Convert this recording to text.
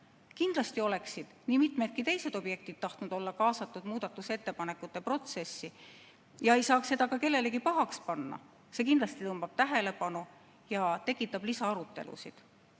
Kindlasti oleks tahetud nii mitmedki teised objektid kaasata muudatusettepanekute protsessi ja ei saaks seda ka kellelegi pahaks panna. See kindlasti tõmbab tähelepanu ja tekitab lisaarutelusid.